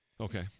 Okay